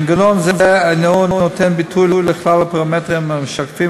מנגנון זה אינו נותן ביטוי לכלל הפרמטרים המשקפים